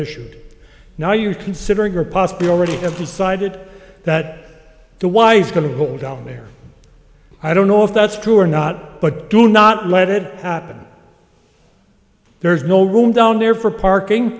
issued now you're considering or possibly already have decided that the why he's going to go down there i don't know if that's true or not but do not let it happen there is no room down there for parking